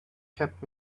kept